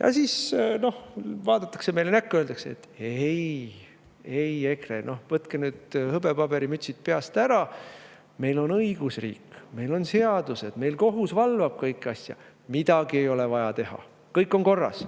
Ja siis vaadatakse meile näkku, öeldakse: "Ei, ei, EKRE, võtke nüüd hõbepaberimütsid peast ära. Meil on õigusriik, meil on seadused, meil kohus valvab kõiki asju. Midagi ei ole vaja teha, kõik on korras."